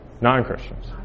non-Christians